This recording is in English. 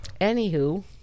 anywho